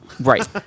Right